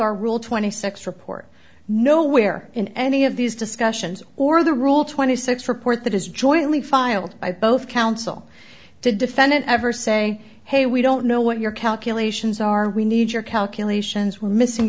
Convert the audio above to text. rule twenty six report nowhere in any of these discussions or the rule twenty six report that is jointly filed by both counsel to defendant ever say hey we don't know what your calculations are we need your calculations we're missing